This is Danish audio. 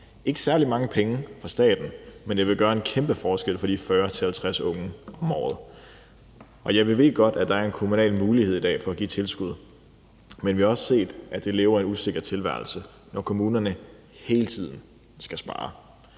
ikke særlig mange penge for staten, men det vil gøre en kæmpe forskel for de 40-50 unge om året. Jeg ved godt, at der i dag er en kommunal mulighed for at give tilskud, men vi har også set, at det lever en usikker tilværelse, når kommunerne hele tiden skal spare.